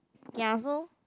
kiasu